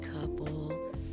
couple